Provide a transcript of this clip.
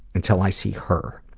until i see her.